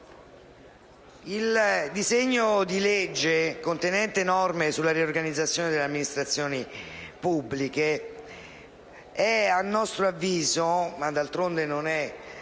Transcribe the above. il disegno di legge contenente norme sulla riorganizzazione delle amministrazioni pubbliche a nostro avviso è ancora una